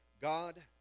God